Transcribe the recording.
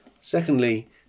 Secondly